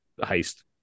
heist